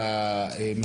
בבקשה.